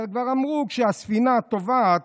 כבר אמרו שכשהספינה טובעת,